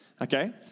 okay